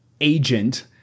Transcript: Agent